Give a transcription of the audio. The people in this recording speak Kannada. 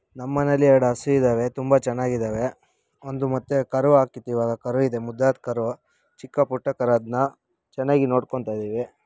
ನಮ್ಮ ಮನೇಲಿ ಎರಡು ಹಸು ಇದ್ದಾವೆ ತುಂಬ ಚೆನ್ನಾಗಿದ್ದಾವೆ ಒಂದು ಮತ್ತೆ ಕರು ಹಾಕಿತ್ ಇವಾಗ ಕರು ಇದೆ ಮುದ್ದಾದ ಕರು ಚಿಕ್ಕ ಪುಟ್ಟ ಕರು ಅದನ್ನ ಚೆನ್ನಾಗಿ ನೋಡ್ಕೊತಾ ಇದ್ದೀವಿ